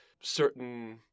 certain